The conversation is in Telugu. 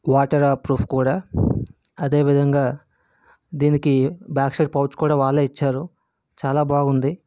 వాటర్ ప్రూఫ్ కూడా అదే విధంగా దీనికి బ్యాక్ సైడ్ పౌచ్ కూడా వాళ్ళే ఇచ్చారు చాలా బాగుంది